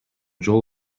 жыл